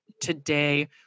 today